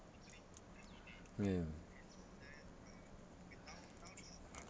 ya